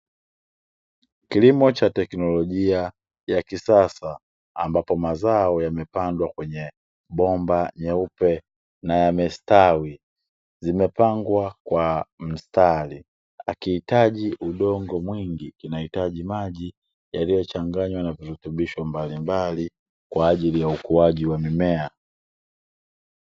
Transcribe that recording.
Kilimo cha teknolojia ya kisasa, ambapo mazao yamepandwa kwenye bomba nyeupe na yamestawi. Zimepangwa kwa mstari. Hakihitaji udongo mwingi, kinahitaji maji yaliyochanganywa na virutubisho mbalimbali kwa ajili ya ukuaji wa mimea.